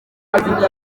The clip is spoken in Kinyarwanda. akunda